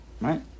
Right